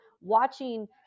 watching